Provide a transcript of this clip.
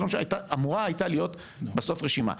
אמורה הייתה להיות בסוף רשימה,